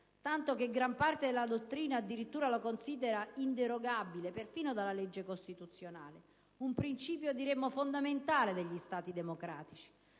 tanto che gran parte della dottrina lo considera addirittura inderogabile perfino da una legge costituzionale. Un principio, diremmo, fondamentale degli Stati democratici.